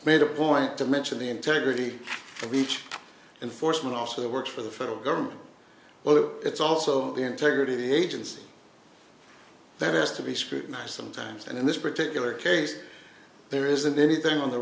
made a point to mention the integrity of each enforcement officer that works for the federal government it's also the integrity of the agency that has to be scrutinized sometimes and in this particular case there isn't anything on the